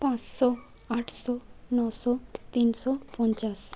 পাঁচশো আটশো নশো তিনশো পঞ্চাশ